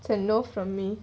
so no from me